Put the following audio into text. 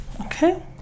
Okay